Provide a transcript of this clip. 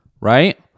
right